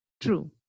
True